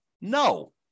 No